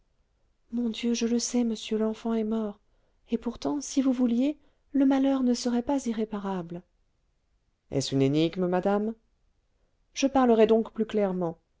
mon dieu je le sais monsieur l'enfant est mort et pourtant si vous vouliez le malheur ne serait pas irréparable est-ce une énigme madame je parlerai donc plus clairement